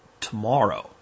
tomorrow